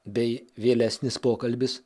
bei vėlesnis pokalbis